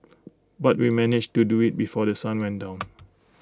but we managed to do IT before The Sun went down